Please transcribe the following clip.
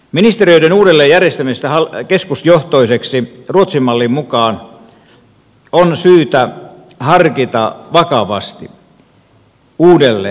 ministeriöiden uudelleen järjestämistä keskusjohtoiseksi ruotsin mallin mukaan on syytä harkita vakavasti uudelleen